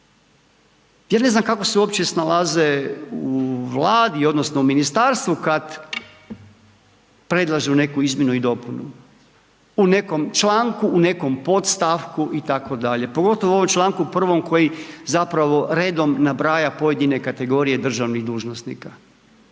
Ja ne znam kako se uopće snalaze u Vladi, odnosno u ministarstvu kada predlažu neku izmjenu i dopunu, u nekom članku, u nekom podstavku itd. pogotovo u ovom članku 1. koji zapravo redom nabraja pojedine kategorije državnih dužnosnika.